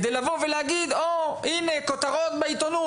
כדי לבוא ולהגיד הנה כותרות בעיתונות